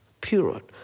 period